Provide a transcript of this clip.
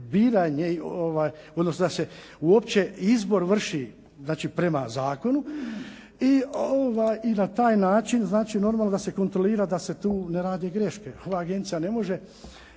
da se uopće izbor vrši prema zakonu i na taj način znači normalno da se kontrolira da se tu ne rade greške. Ova agencije ne može